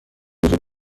وجود